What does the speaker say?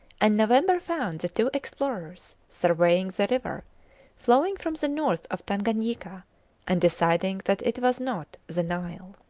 and november found the two explorers surveying the river flowing from the north of tanganyika and deciding that it was not the nile.